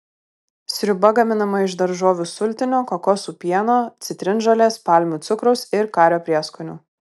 sriuba gaminama iš daržovių sultinio kokosų pieno citrinžolės palmių cukraus ir kario prieskonių